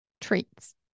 treats